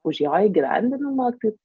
už jo įgyvendinimą taip